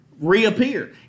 Reappear